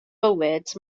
bywyd